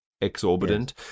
exorbitant